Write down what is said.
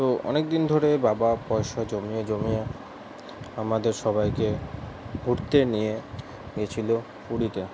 তো অনেকদিন ধরে বাবা পয়সা জমিয়ে জমিয়ে আমাদের সবাইকে ঘুরতে নিয়ে গেছিলো পুরীতে